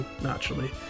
naturally